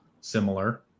similar